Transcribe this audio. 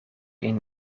een